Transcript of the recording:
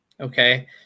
okay